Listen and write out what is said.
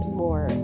more